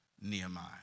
Nehemiah